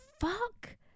fuck